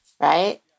Right